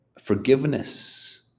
forgiveness